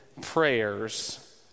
prayers